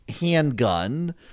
handgun